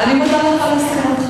אני מודה לך על הסכמתך.